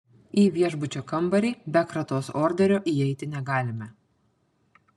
į viešbučio kambarį be kratos orderio įeiti negalime